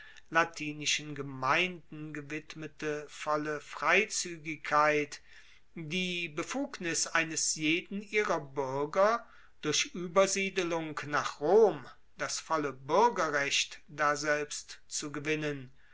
latinischen gemeinden gewidmete volle freizuegigkeit die befugnis eines jeden ihrer buerger durch uebersiedelung nach rom das volle buergerrecht daselbst zu gewinnen